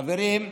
חברים,